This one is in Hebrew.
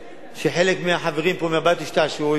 שחלק מהחברים פה בבית השתעשעו אתה,